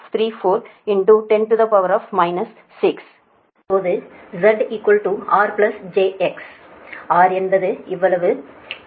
இப்போது Z R j X R என்பது இவ்வளவு இது X